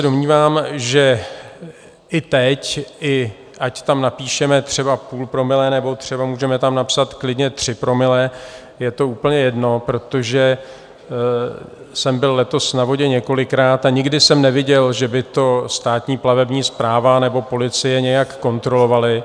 Domnívám se, že i teď, ať tam napíšeme třeba 0,5 promile, nebo tam můžeme napsat klidně 3 promile, je to úplně jedno, protože jsem byl letos na vodě několikrát a nikdy jsem neviděl, že by to Státní plavební správa nebo policie nějak kontrolovali.